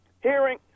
hearing